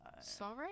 Sorry